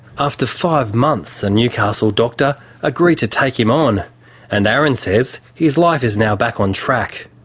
after five months, a newcastle doctor agreed to take him on and aaron says his life is now back on track.